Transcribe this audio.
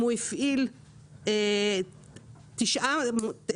אם הוא הפעיל תשע מוניות,